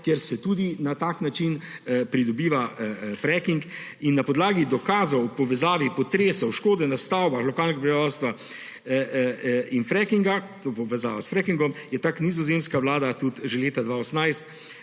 kjer se tudi na ta način pridobiva, s frackingom. Na podlagi dokazov – povezave potresov, škode na stavbah, lokalnega prebivalstva in frackinga –, to v povezavi s frackingom, je ta nizozemska vlada tudi že leta 2018